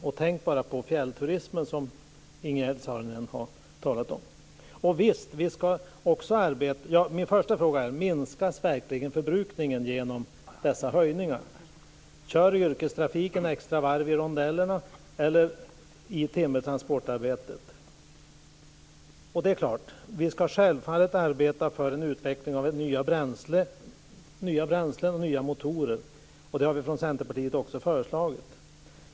Och tänk bara på fjällturismen, som Ingegerd Saarinen har talat om! Min första fråga är: Minskas verkligen förbrukningen genom dessa höjningar? Kör yrkestrafiken extra varv i rondellerna eller i timmertransportarbetet? Vi ska självfallet arbeta för en utveckling av nya bränslen och nya motorer, och det har vi också föreslagit från Centerpartiet.